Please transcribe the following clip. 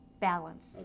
balance